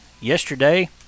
yesterday